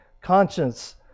Conscience